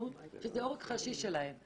וגם זה עורק ראשי שלהם.